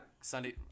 Sunday